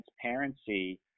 transparency